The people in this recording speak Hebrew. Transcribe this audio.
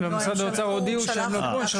לא, משרד האוצר הודיעו שהם לא פה.